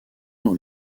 dans